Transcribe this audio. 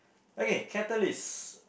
okay catalyst